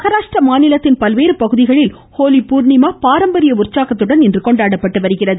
மகாராஷ்டிர மாநிலத்தின் பல்வேறு பகுதிகளில் ஹோலி பூர்ணிமா பாரம்பரிய உற்சாகத்துடன் கொண்டாடப்படுகிறது